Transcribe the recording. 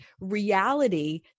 reality